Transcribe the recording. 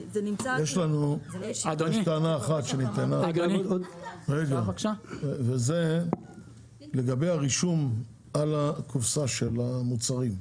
יש עוד טענה אחת שנטענה וזה לגבי הרישום על הקופסה של המוצרים.